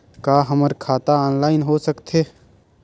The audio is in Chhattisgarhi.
का हमर खाता ऑनलाइन हो सकथे?